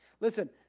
Listen